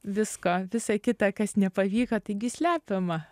visko visa kita kas nepavyko taigi slepiama